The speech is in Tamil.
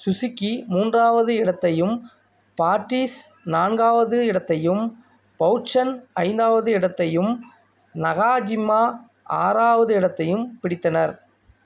சுஸுகி மூன்றாவது இடத்தையும் பாட்ரீஸ் நான்காவது இடத்தையும் பௌட்சன் ஐந்தாவது இடத்தையும் நகாஜிமா ஆறாவது இடத்தையும் பிடித்தனர்